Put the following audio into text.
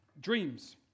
dreams